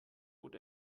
bot